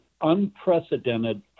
unprecedented